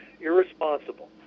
irresponsible